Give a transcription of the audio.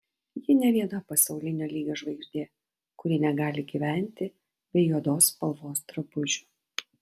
ji ne viena pasaulinio lygio žvaigždė kuri negali gyventi be juodos spalvos drabužių